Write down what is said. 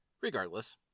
Regardless